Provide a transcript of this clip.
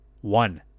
One